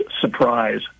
surprise